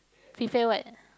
prepare what